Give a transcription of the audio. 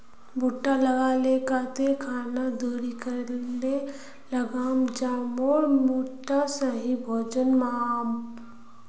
भुट्टा लगा ले कते खान दूरी करे लगाम ज मोर भुट्टा सही भोजन पाम?